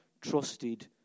trusted